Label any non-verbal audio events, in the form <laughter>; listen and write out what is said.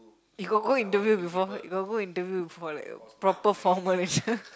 you got go interview before you got go interview before like a proper formal interview <laughs>